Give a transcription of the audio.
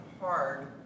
hard